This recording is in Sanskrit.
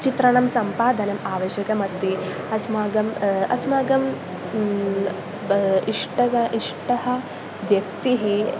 चित्राणां सम्पादनम् आवश्यकमस्ति अस्माकम् अस्माकम् इष्टः इष्टः व्यक्तिः